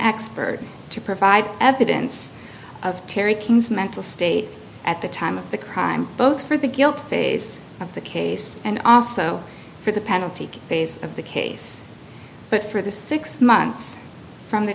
expert to provide evidence of terri king's mental state at the time of the crime both for the guilt phase of the case and also for the penalty phase of the case but for the six months from the